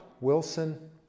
Wilson